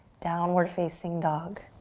downward facing dog.